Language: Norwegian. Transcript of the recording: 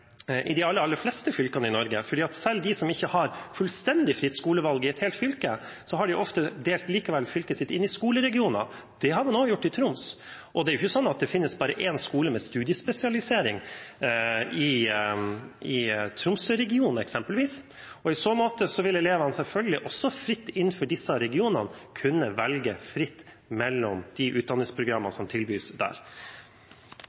i de aller, aller fleste fylkene i Norge, for selv de som ikke har fullstendig fritt skolevalg i et helt fylke, har ofte delt fylket sitt inn i skoleregioner. Det har de også gjort i Troms. Det er ikke sånn at det bare finnes én skole med studiespesialisering i Tromsø-regionen, eksempelvis. I så måte vil elevene selvfølgelig også fritt innenfor disse regionene kunne velge fritt mellom de utdanningsprogrammene